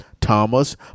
Thomas